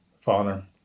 father